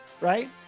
right